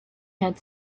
had